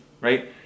right